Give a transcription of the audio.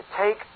take